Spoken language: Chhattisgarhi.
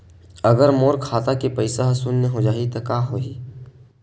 अगर मोर खाता के पईसा ह शून्य हो जाही त का होही?